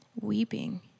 weeping